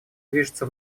движется